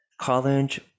College